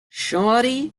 shawty